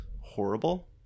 horrible